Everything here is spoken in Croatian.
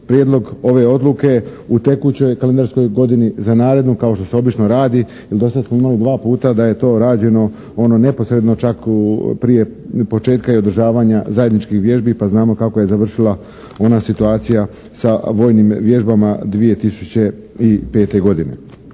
prijedlog ove odluke u tekućoj kalendarskoj godini za narednu kao što se obično radi jer do sad smo imali dva puta da je to rađeno ono neposredno čak u, prije početka i održavanja zajedničkih vježbi pa znamo kako je završila ona situacija sa vojnim vježbama 2005. godine.